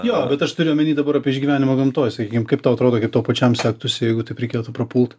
jo bet aš turiu omeny dabar apie išgyvenimą gamtoj sakykim kaip tau atrodo kaip tau pačiam sektųsi jeigu taip reikėtų prapult